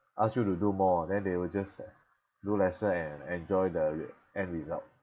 ask you to do more then they will just do lesser and enjoy the re~ end result